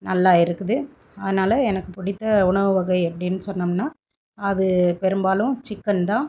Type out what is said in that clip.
நல்லா இருக்குது அதனால் எனக்கு பிடித்த உணவு வகை அப்டின்னு சொன்னோம்னா அது பெரும்பாலும் சிக்கன் தான்